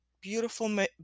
beautiful